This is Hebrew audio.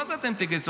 מה זה "אתם תגייסו"?